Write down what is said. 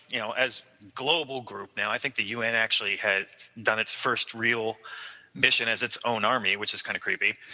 you know as global group now i think that un actually had done its first real mission as it own army, which is kind of creepy,